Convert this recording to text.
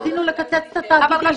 רצינו לקצץ את התאגידים.